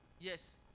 Yes